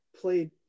played